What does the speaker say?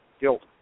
guilt